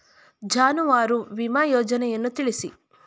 ಜಾನುವಾರು ವಿಮಾ ಯೋಜನೆಯನ್ನು ತಿಳಿಸಿ?